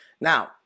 Now